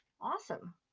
Awesome